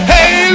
Hey